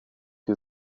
die